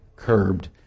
Curbed